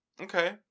Okay